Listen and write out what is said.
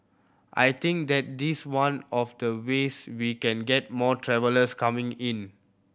I think that is one of the ways we can get more travellers coming in